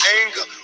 anger